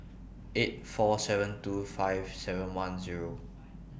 eight four seven two five seven one Zero